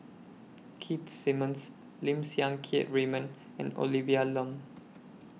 Keith Simmons Lim Siang Keat Raymond and Olivia Lum